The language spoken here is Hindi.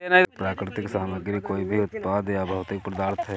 एक प्राकृतिक सामग्री कोई भी उत्पाद या भौतिक पदार्थ है